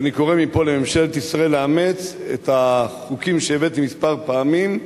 ואני קורא מפה לממשלת ישראל לאמץ את החוקים שהבאתי כמה פעמים,